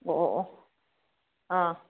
ꯑꯣ ꯑꯣ ꯑꯣ ꯑꯥ